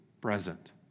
present